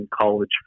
college